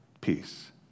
peace